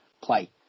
play